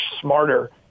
smarter